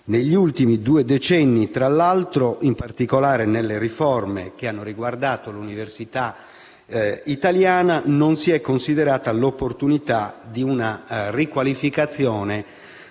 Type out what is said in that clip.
Negli ultimi due decenni, tra l'altro, in particolare nelle riforme che hanno riguardato l'università italiana, non si è considerata l'opportunità di una riqualificazione